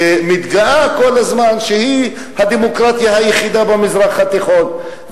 שמתגאה כל הזמן שהיא הדמוקרטיה היחידה במזרח התיכון,